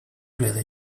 really